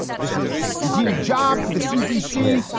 this is indeed a job for the cdc,